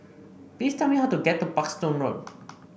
please tell me how to get to Parkstone Road